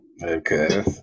Okay